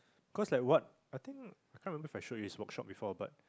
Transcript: cause like what I think I can't remember if I show you his workshop before but